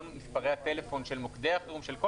כל מספרי הטלפון של מוקדי החירום של כל